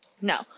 No